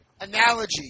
analogy